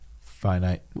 Finite